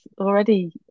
already